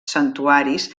santuaris